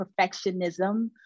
perfectionism